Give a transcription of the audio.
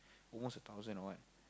almost a thousand or what